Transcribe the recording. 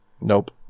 Nope